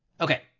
Okay